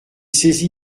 saisi